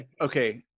okay